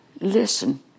listen